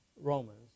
Romans